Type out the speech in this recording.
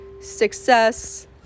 success